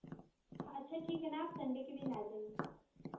अच्छा ठीक है ना आप संडे के दिन या जाइए